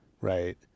right